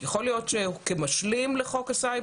השלישית והחמישית לחוק),